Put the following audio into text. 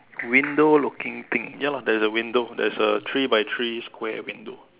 window looking thing ya lah there is a window there is a three by three square window